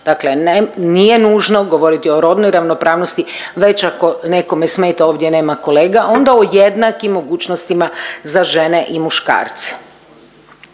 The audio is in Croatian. Dakle, nije nužno govoriti o rodnoj ravnopravnosti već ako nekome smeta ovdje nema kolega onda o jednakim mogućnostima za žene i muškarce.